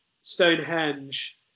Stonehenge